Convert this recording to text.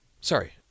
Sorry